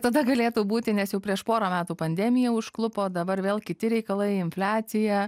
tada galėtų būti nes jau prieš pora metų pandemija užklupo dabar vėl kiti reikalai infliacija